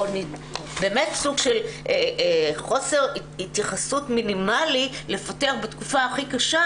באמת סוג של חוסר התייחסות מינימלי לפטר בתקופה הכי קשה,